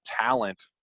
talent